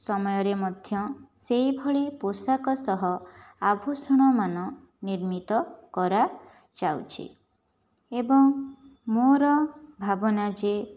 ସମୟରେ ମଧ୍ୟ ସେହିଭଳି ପୋଷାକ ସହ ଆଭୂଷଣମାନ ନିର୍ମିତ କରା ଯାଉଛି ଏବଂ ମୋର ଭାବନା ଯେ